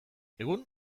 egun